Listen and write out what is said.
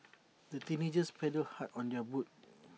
the teenagers paddled hard on their boat